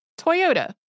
Toyota